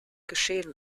geschehen